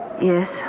Yes